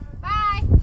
bye